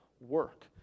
work